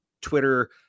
Twitter